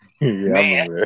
Man